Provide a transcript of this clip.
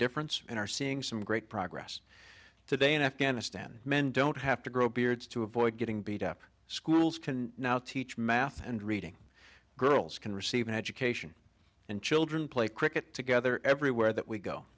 difference and are seeing some great progress today in afghanistan men don't have to grow beards to avoid getting beat up schools can now teach math and reading girls can receive an education and children play cricket together everywhere that we go